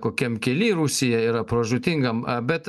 kokiam kely rusija yra pražūtingam bet